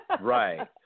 Right